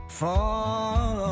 fall